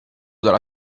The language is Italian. dalla